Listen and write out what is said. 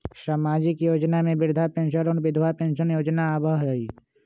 सामाजिक योजना में वृद्धा पेंसन और विधवा पेंसन योजना आबह ई?